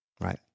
right